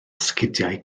sgidiau